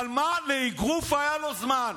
אבל מה, לאגרוף היה לו זמן.